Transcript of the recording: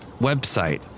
website